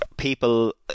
people